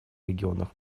регионах